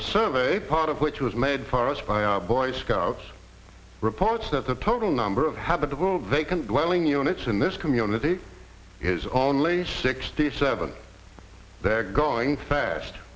survey part of which was made for us by boy scouts reports that the total number of habitable vacant dwelling units in this community is only sixty seven they're going fast